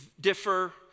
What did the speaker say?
differ